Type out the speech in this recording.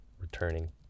returning